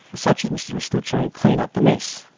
such as mr restuccia, and clean up the mess.